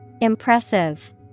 Impressive